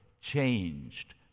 changed